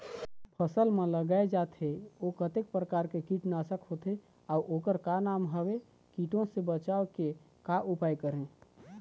फसल म लगाए जाथे ओ कतेक प्रकार के कीट नासक होथे अउ ओकर का नाम हवे? कीटों से बचाव के का उपाय करें?